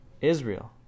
Israel